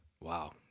Wow